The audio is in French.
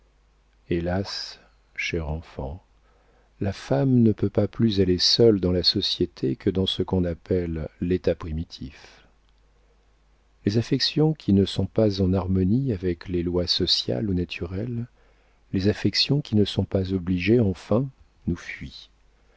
hélas cher enfant la femme ne peut pas plus aller seule dans la société que dans ce qu'on appelle l'état primitif les affections qui ne sont pas en harmonie avec les lois sociales ou naturelles les affections qui ne sont pas obligées enfin nous fuient